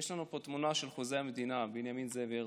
יש לנו פה תמונה של חוזה המדינה בנימין זאב הרצל.